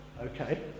Okay